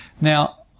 Now